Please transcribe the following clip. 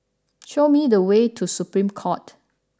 show me the way to Supreme Court